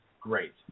Great